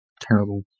terrible